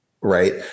right